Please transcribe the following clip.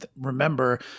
remember